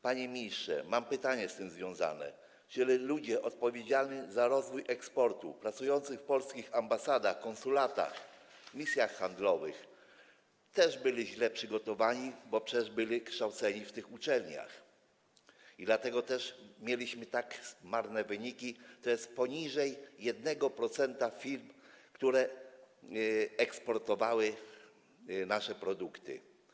Panie ministrze, mam pytanie z tym związane: Czy ludzie odpowiedzialni za rozwój eksportu pracujący w polskich ambasadach, konsulatach, misjach handlowych też byli źle przygotowani, bo przecież byli kształceni w tych uczelniach, dlatego mieliśmy tak marne wyniki, tj. poniżej 1% firm, które eksportowały nasze produkty?